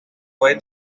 fue